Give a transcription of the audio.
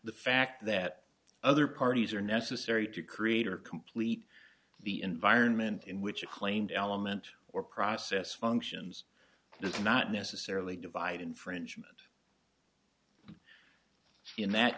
the fact that other parties are necessary to create or complete be environment in which you claimed element or process functions that's not necessarily divide infringement in that